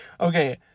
okay